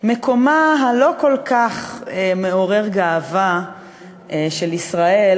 מקומה הלא-כל-כך מעורר גאווה של ישראל